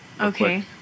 Okay